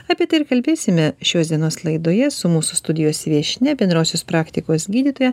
apie tai ir kalbėsime šios dienos laidoje su mūsų studijos viešnia bendrosios praktikos gydytoja